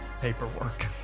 paperwork